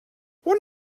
what